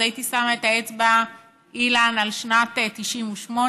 אז הייתי שמה את האצבע על שנת 1998,